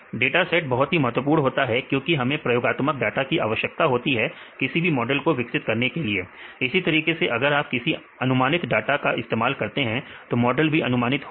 data set बहुत ही महत्वपूर्ण होता है क्योंकि हमें प्रयोगात्मक डाटा की आवश्यकता होती है किसी भी मॉडल को विकसित करने के लिए इसी तरीके से अगर आप किसी अनुमानित डाटा का इस्तेमाल करते हैं तो मॉडल भी अनुमानित ही होगा